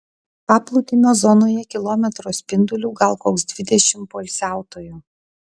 paplūdimio zonoje kilometro spinduliu gal koks dvidešimt poilsiautojų